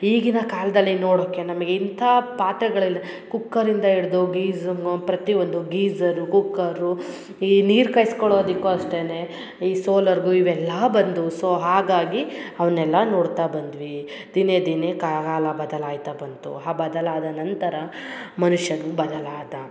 ಈಗಿನ ಕಾಲದಲ್ಲಿ ನೋಡೋಕೆ ನಮಗೆ ಇಂಥಾ ಪಾತ್ರೆಗಳಲ್ಲಿ ಕುಕ್ಕರ್ ಇಂದ ಇಡ್ದು ಗೀಸಂಗು ಪ್ರತಿಯೊಂದು ಗೀಸರು ಕುಕ್ಕರು ಈ ನೀರು ಕಾಯ್ಸ್ಕೊಳೋದಕ್ಕು ಅಷ್ಟೇನೆ ಈ ಸೋಲಾರ್ಗು ಇವೆಲ್ಲ ಬಂದು ಸೊ ಹಾಗಾಗಿ ಅವುನ್ನೆಲ್ಲ ನೋಡ್ತಾ ಬಂದ್ವಿ ದಿನೆ ದಿನೆ ಕಾಲ ಬದಲಾಯ್ತ ಬಂತು ಆ ಬದಲಾದ ನಂತರ ಮನುಷ್ಯನು ಬದಲಾದ